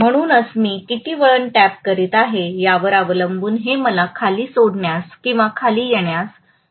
म्हणूनच मी किती वळण टॅप करीत आहे यावर अवलंबून हे मला खाली सोडण्यास किंवा खाली येण्यास अनुमती देईल